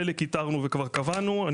חלקם איתרנו וקבענו להם תורים,